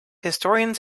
historians